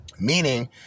Meaning